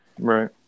Right